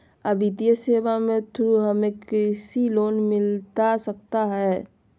आ वित्तीय सेवाएं के थ्रू हमें कृषि लोन मिलता सकता है?